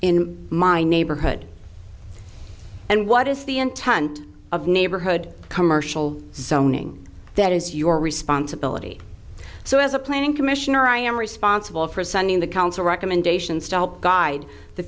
in my neighborhood and what is the intent of neighborhood commercial sounding that is your responsibility so as a planning commissioner i am responsible for sending the council recommendations to help guide the